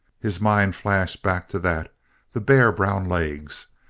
his mind flashed back to that the bare, brown legs.